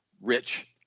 rich